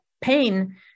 pain